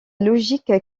logique